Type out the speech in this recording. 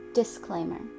Disclaimer